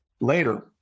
later